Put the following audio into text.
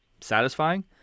satisfying